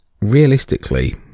realistically